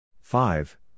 five